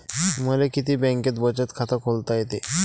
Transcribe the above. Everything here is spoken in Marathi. मले किती बँकेत बचत खात खोलता येते?